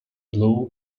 blue